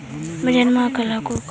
मैनेजरवा कहलको कि काहेला लेथ हहो?